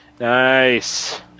Nice